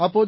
அப்போது